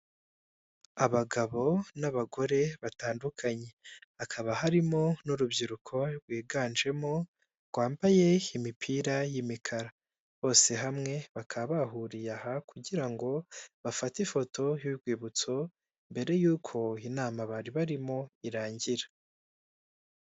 Abagabo n'abagore batandukanye. Hakaba harimo n'urubyiruko rwiganjemo, rwambaye imipira y'imikara. Bose hamwe bakaba bahuriye aha, kugira ngo bafate ifoto y'urwibutso, mbere y'uko inama bari barimo irangira.